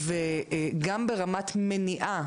גם ברמת מניעה,